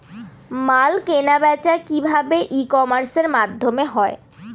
মাল কেনাবেচা কি ভাবে ই কমার্সের মাধ্যমে হয়?